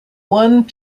one